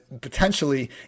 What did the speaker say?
potentially